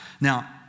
Now